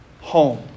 home